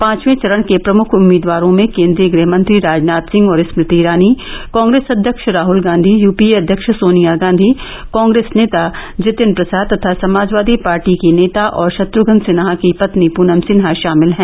पांचवें चरण के प्रमुख उम्मीदवारों में केन्द्रीय गृहमत्री राजनाथ सिंह और स्मृति ईरानी कॉग्रेस अध्यक्ष राहल गांधी यूपीए अध्यक्ष सोनिया गांधी कॉग्रेस नेता जितिन प्रसाद तथा समाजवादी पार्टी की नेता और षत्र्ध्न सिन्हा की पत्नी प्रनम सिन्हा षामिल हैं